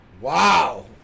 Wow